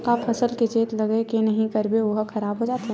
का फसल के चेत लगय के नहीं करबे ओहा खराब हो जाथे?